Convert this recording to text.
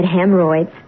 hemorrhoids